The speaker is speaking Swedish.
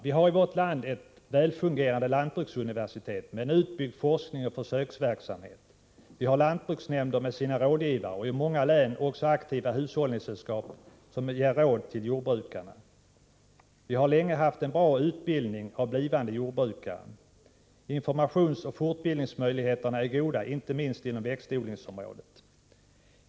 Vi har i vårt land ett väl fungerande lantbruksuniversitet med utbyggd forskning och försöksverksamhet. Vi har lantbruksnämnder med sina rådgivare och i många län också aktiva hushållningssällskap som ger råd till jordbrukarna. Vi har länge haft en bra utbildning av blivande jordbrukare. Informationsoch fortbildningsmöjligheterna är goda, inte minst inom växtodlingsområdet.